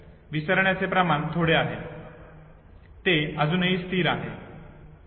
विसरण्याचे प्रमाण थोडे आहे ते अजूनही स्थिर आहे